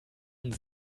und